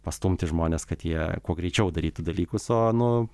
pastumti žmones kad jie kuo greičiau darytų dalykus o nu